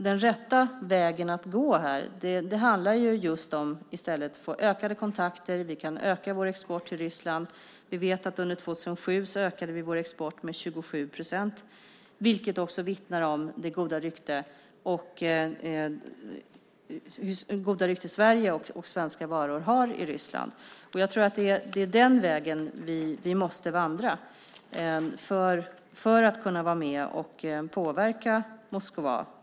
Den rätta vägen att gå här handlar om ökade kontakter och ökad export till Ryssland. Under 2007 ökade vi vår export med 27 procent, vilket också vittnar om det goda rykte Sverige och svenska varor har i Ryssland. Det är den vägen vi måste vandra för att vara med och påverka Moskva.